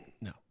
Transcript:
no